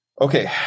okay